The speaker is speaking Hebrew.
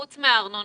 חוץ מהארנונה,